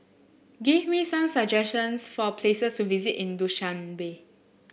give me some suggestions for places to visit in Dushanbe